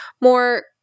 more